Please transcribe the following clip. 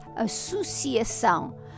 Associação